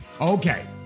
Okay